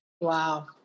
Wow